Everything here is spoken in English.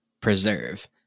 preserve